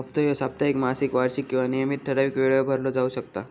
हप्तो ह्यो साप्ताहिक, मासिक, वार्षिक किंवा नियमित ठरावीक वेळेवर भरलो जाउ शकता